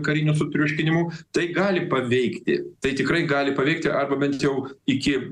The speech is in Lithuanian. kariniu sutriuškinimu tai gali paveikti tai tikrai gali paveikti arba bent jau iki